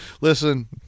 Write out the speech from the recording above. Listen